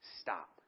stop